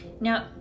Now